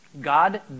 God